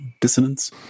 dissonance